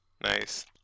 Nice